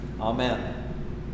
Amen